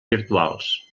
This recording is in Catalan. virtuals